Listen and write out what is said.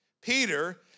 Peter